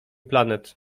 planet